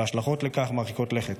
וההשלכות של כך מרחיקות לכת.